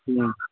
हुँ